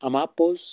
اَما پوٚز